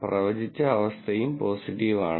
പ്രവചിച്ച അവസ്ഥയും പോസിറ്റീവ് ആണ്